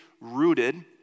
rooted